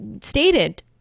stated